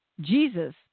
Jesus